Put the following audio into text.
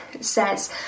says